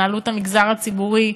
התנהלות המגזר הציבורי,